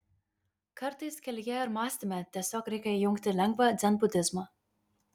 kartais kelyje ir mąstyme tiesiog reikia įjungti lengvą dzenbudizmą